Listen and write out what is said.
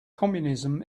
communism